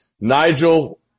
Nigel